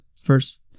first